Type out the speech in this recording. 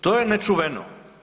To je nečuveno.